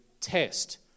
test